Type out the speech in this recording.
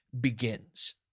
begins